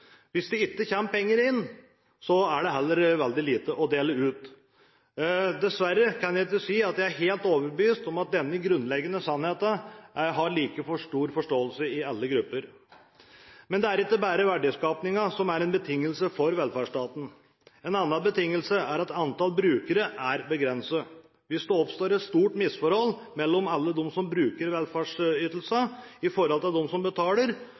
Hvis det ikke kommer penger inn, er det også veldig lite å dele ut. Dessverre kan jeg ikke si at jeg er helt overbevist om at denne grunnleggende sannheten har like stor forståelse i alle grupper. Men det er ikke bare verdiskapingen som er en betingelse for velferdsstaten. En annen betingelse er at antall brukere er begrenset. Hvis det oppstår et stort misforhold mellom alle dem som bruker velferdsytelser, og dem som betaler,